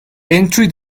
entry